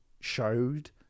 showed